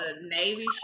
Navy